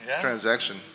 Transaction